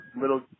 little –